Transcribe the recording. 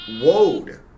Wode